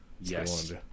Yes